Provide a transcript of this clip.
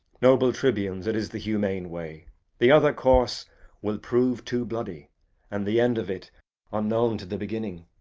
noble tribunes, it is the humane way the other course will prove too bloody and the end of it unknown to the beginning.